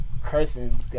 Cursing